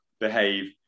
behave